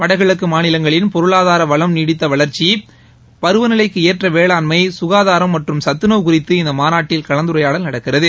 வடகிழக்கு மாநிலங்களின் பொருளாதார வளம் நீடித்த வளர்ச்சி பருவநிலைக்கு ஏற்ற வேளாண்மை சுகாதாரம் மற்றும் சத்துணவு குறித்து இந்த மாநாட்டில் கலந்துரையாடல் நடக்கிறது